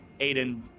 Aiden